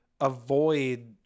avoid